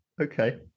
Okay